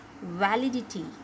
validity